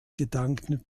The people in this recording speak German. gedanken